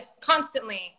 Constantly